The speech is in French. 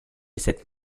cette